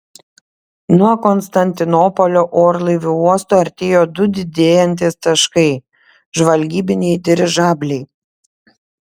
nuo konstantinopolio orlaivių uosto artėjo du didėjantys taškai žvalgybiniai dirižabliai